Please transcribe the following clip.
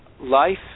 life